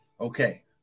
Okay